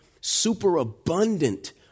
superabundant